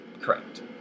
correct